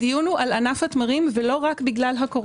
הדיון הוא על ענף התמרים ולא רק בגלל הקורונה.